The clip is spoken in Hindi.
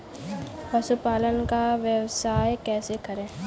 पशुपालन का व्यवसाय कैसे करें?